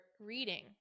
reading